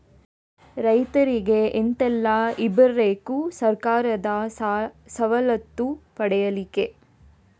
ರೈತರಿಗೆ ಎಂತ ಎಲ್ಲ ಇರ್ಬೇಕು ಸರ್ಕಾರದ ಸವಲತ್ತು ಪಡೆಯಲಿಕ್ಕೆ?